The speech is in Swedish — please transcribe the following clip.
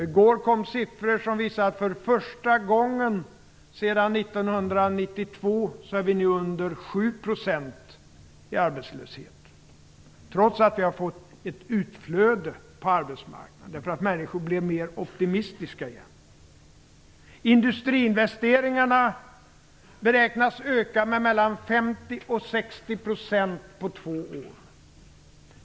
I går kom siffror som visade att vi nu för första gången sedan 1992 är under 7 % i arbetslöshet, trots att vi har fått ett utflöde på arbetsmarknaden därför att människor är mer optimistiska igen. Industriinvesteringarna beräknas öka med mellan 50 och 60 % på två år.